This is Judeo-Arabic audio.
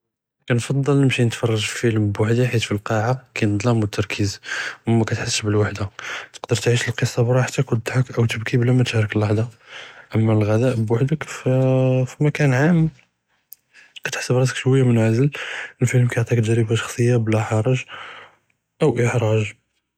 כנפצ׳ל נִמְשִי נִתְפַּרְג׳ פִילְם בּוּחְדִי חִית פַלְקַאעַה כַּאִין אֶצְּצוּלַאם וֶתְּרְכִּיז וּמַכַּתְחַסֶּש בִּלְוַחְדַה, תְּקְדֶּר תְעִיש לְקִצַּה בְּרַאחְתַּכּ וּתְּצְחַק אַו תִבְּכִּי בְּלַא מַא תְשַארֶכּ לְלַחְ׳טַה, אַמַּא לְעְ׳דַא בּוּחְדַכּ פַא פִּמַכַּאן עַאם כַּתְחַס בִּרַאסַכּ שוּיַא מְנְעַזֶל, אֶלְפִילְם כִּיְעְטִיק תַאגְ׳רִבַּה שַחְ׳סִיַּה בְּלַא חַרַג אוּ אַחְרַאג׳.